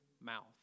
mouth